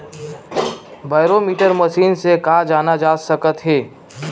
Barometer machine से का जाना जा सकत हे?